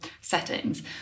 settings